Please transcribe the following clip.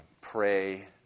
pray